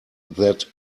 that